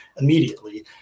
immediately